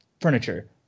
furniture